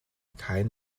kein